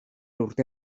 urte